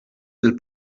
del